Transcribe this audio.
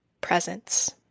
presence